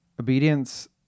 Obedience